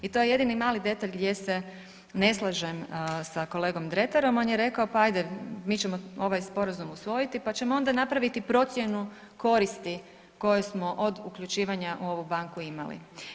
I to je jedini mali detalj gdje se ne slažem sa kolegom Dretarom, on je rekao, pa ajde mi ćemo ovaj sporazum usvojiti, pa ćemo onda napraviti procjenu koristi koje smo od uključivanja u ovu banku imali.